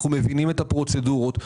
אנחנו מבינים את הפרוצדורות.